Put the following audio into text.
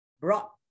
brought